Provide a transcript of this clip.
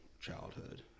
childhood